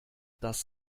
das